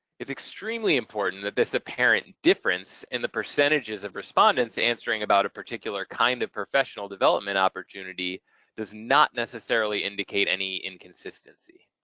it's extremely important that this apparent difference in the percentages of respondents answering about a particular kind of professional development opportunity does not necessarily indicate any inconsistency.